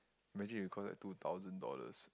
imagine if we cost that two thousand dollars